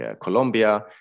Colombia